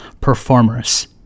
performers